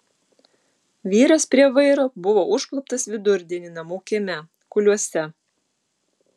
vyras prie vairo buvo užkluptas vidurdienį namų kieme kuliuose